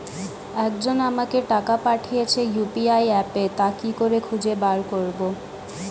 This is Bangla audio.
একজন আমাকে টাকা পাঠিয়েছে ইউ.পি.আই অ্যাপে তা কি করে খুঁজে বার করব?